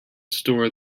store